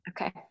okay